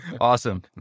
Awesome